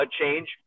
change